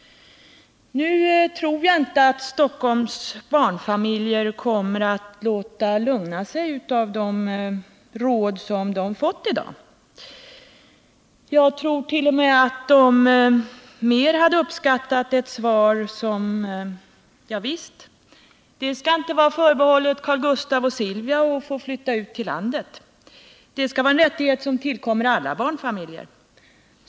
Nu tror jag inte att Stockholms barnfamiljer kommer att låta lugna sig av de råd som de fått i dag. Jag tror tvärtom att de mer hade uppskattat ett svar som: Ja visst, det skall inte vara förbehållet Carl Gustaf och Silvia att få flytta uttilllandet. Det skall vara en rättighet som tillkommer alla barnfamiljer.